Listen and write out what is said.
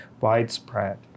widespread